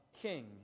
king